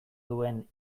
duen